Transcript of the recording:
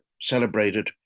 celebrated